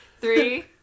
Three